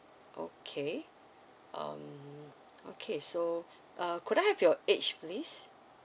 okay um okay so uh could I have your age please